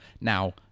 Now